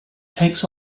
takes